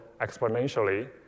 exponentially